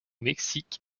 mexique